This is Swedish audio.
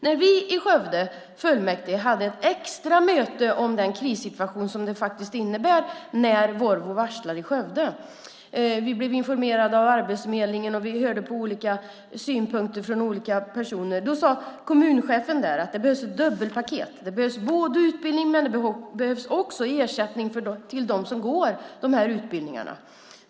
När vi i Skövdes fullmäktige hade ett extra möte om den krissituation som det faktiskt innebär när Volvo varslar i Skövde - vi blev informerade av Arbetsförmedlingen, och vi hörde på olika synpunkter från olika personer - sade kommunchefen där att det behövs dubbelpaket. Det behövs utbildning, men det behövs också ersättning till dem som går de här utbildningarna.